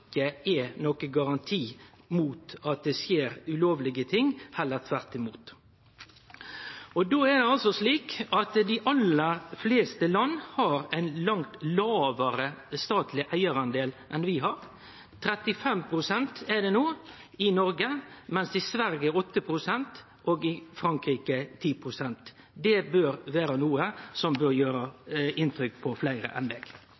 skjer ulovlege ting – heller tvert imot. Og det er altså slik at dei aller fleste land har ein langt lågare statleg eigardel enn vi har. I Noreg er det no 35 pst., mens det i Sverige er 8 pst. og i Frankrike 10 pst. Det bør vere noko som